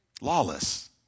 Lawless